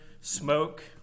smoke